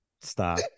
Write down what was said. Stop